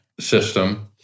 System